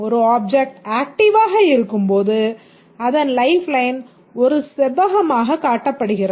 ஒரு ஆப்ஜெக்ட் ஆக்ட்டிவாக இருக்கும்போது அதன் லைஃப்லைன் ஒரு செவ்வகமாகக் காட்டப்படுகிறது